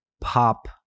pop